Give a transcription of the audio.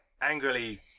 Angrily